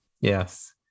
Yes